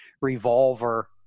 revolver